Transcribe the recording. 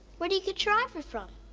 where do you get your ivory from?